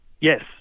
yes